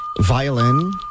Violin